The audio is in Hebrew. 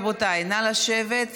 רבותיי, נא לשבת.